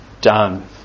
done